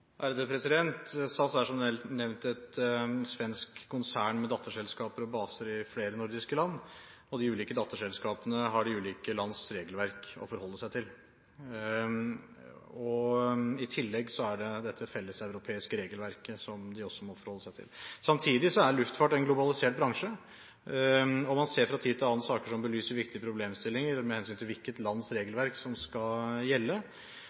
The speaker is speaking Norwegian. SAS er som nevnt et svensk konsern med datterselskaper og baser i flere nordiske land, og de ulike datterselskapene har de ulike lands regelverk å forholde seg til. I tillegg må de også forholde seg til dette felleseuropeiske regelverket. Samtidig er luftfart en globalisert bransje, og man ser fra tid til annen saker som belyser viktige problemstillinger med hensyn til hvilket lands regelverk som skal gjelde.